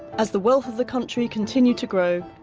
as the wealth of the country continued to grow,